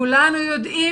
כולנו יודעים